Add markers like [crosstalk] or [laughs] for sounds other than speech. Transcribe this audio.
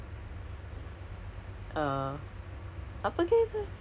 good enough my [laughs] my skill are not good enough though